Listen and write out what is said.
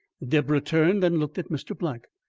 deborah turned and looked at mr. black.